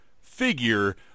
figure